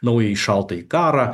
naująjį šaltąjį karą